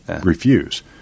refuse